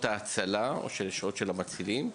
העבודה של המצילים.